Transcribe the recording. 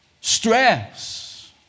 stress